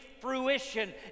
fruition